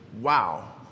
wow